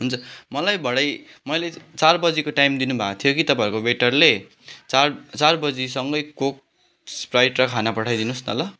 हुन्छ मलाई भरे मैले चार बजीको टाइम दिनु भएको थियो कि तपाईँहरूको वेटरले चार चार बजीसँगै कोक स्प्राइट र खाना पठाइदिनुस् न ल